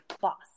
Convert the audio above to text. boss